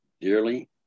dearly